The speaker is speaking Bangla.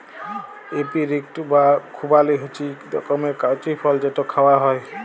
এপিরিকট বা খুবালি হছে ইক রকমের কঁচি ফল যেট খাউয়া হ্যয়